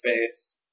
space